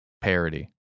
Parody